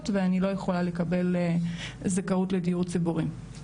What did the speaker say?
ואני לא יכולה לקבל זכאות לדיור ציבורי.